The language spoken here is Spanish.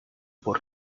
por